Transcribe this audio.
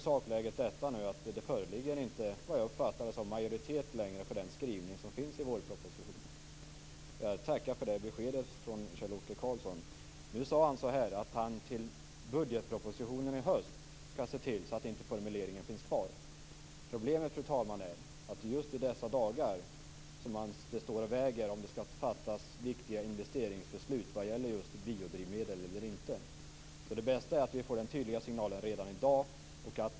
Som jag uppfattar sakläget föreligger det inte längre majoritet för den skrivning som finns i vårpropositionen. Jag tackar för det beskedet från Kjell-Erik Karlsson. Kjell-Erik Karlsson sade att han till budgetpropositionen i höst skall se till att formuleringen inte finns kvar. Fru talman! Problemet är att det just i dessa dagar står och väger i fråga om viktiga beslut om investeringar i biodrivmedel eller inte. Det bästa är därför att vi får en tydlig signal redan i dag.